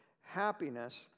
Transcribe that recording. happiness